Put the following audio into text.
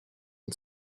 and